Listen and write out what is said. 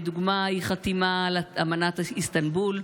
לדוגמה: אי-חתימה על אמנת איסטנבול,